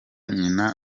nyina